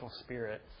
spirit